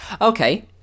Okay